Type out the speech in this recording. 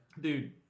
dude